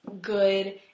good